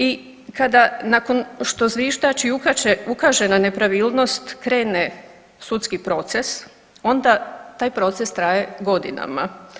I kada nakon što zviždač i ukaže na nepravilnost krene sudski proces onda taj proces traje godinama.